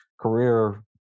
career